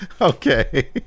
Okay